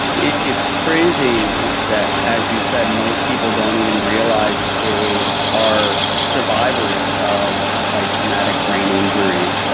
it's crazy that as you said, most people don't even realize that they are survivors of a traumatic brain injury.